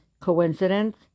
Coincidence